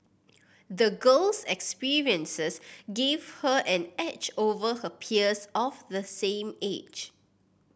the girl's experiences give her an edge over her peers of the same age